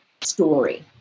story